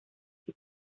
que